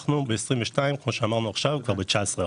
אנחנו ב-2022, כמו שאמרנו עכשיו, כבר ב-19%.